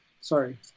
sorry